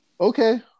okay